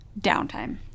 downtime